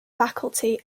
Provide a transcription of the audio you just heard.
faculty